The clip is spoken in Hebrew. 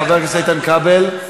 חבר הכנסת איתן כבל, מוותר.